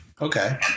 Okay